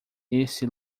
esse